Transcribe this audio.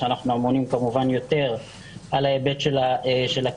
שאנחנו אמונים כמובן יותר על ההיבט של הקליטה.